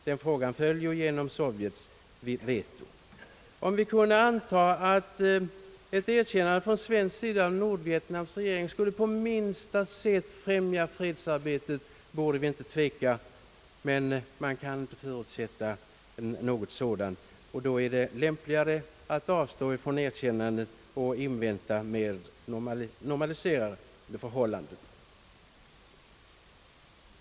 Den frågan föll genom Sovjets veto. Om vi kunde anta att ett erkännande från svensk sida av Nordvietnams regering i minsta mån skulle främja fredsarbetet borde vi inte tveka. Men man kan inte förutsätta något sådant och då är det lämpligare att avstå från erkännandet och invänta mer normaliserade förhållanden.